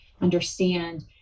understand